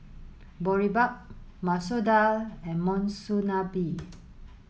Boribap Masoor Dal and Monsunabe